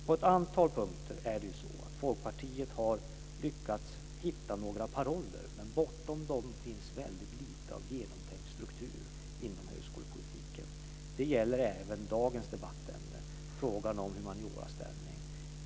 På ett antal punkter har Folkpartiet lyckats hitta några paroller, men bortom dem finns väldigt lite av genomtänkt struktur inom högskolepolitiken. Det gäller även dagens debattämne, frågan om humanioras ställning.